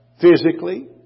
Physically